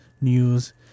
news